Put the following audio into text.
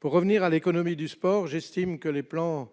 Pour en revenir à l'économie du sport, si le plan